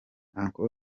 uncle